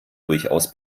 durchaus